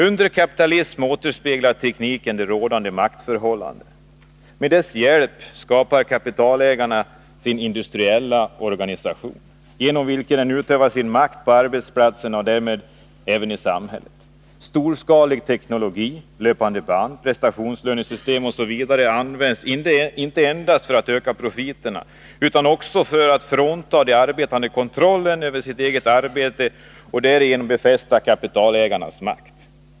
Under kapitalismen återspeglar tekniken de rådande maktförhållandena. Med dess hjälp skapar kapitalägarna sin industriella organisation, genom vilken de utövar sin makt på arbetsplatserna och därmed även i samhället. Storskalig teknologi, löpande band, prestationslönesystem osv. används inte endast för att öka profiterna utan också för att frånta de arbetande kontrollen över deras eget arbete och därigenom befästa kapitalägarnas makt.